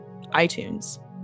iTunes